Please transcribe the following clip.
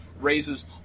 raises